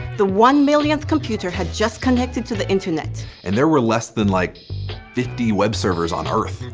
the one millionth computer had just connected to the internet. and there were less than like fifty web servers on earth.